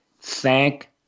Thank